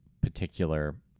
particular